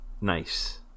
Nice